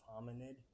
hominid